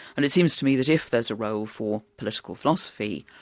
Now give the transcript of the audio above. and it seems to me that if there's a role for political philosophy,